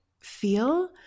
feel